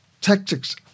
tactics